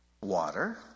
water